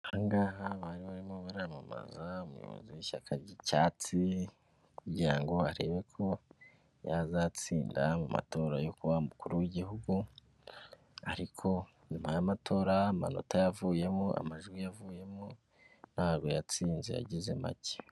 Aha ngaha abantu bari barimo baramamaza umuyobozi w'ishyaka ry'icyatsi, kugira ngo arebe ko yazatsinda mu matora yo kuba umukuru w'igihugu, ariko nyuma y'amatora amanota yavuyemo, amajwi yavuyemo nta yatsinze yagize make.